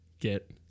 get